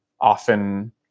often